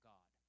God